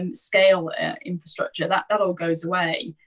um scale and infrastructure. that that all goes away.